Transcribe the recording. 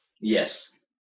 Yes